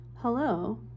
Hello